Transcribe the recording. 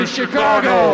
Chicago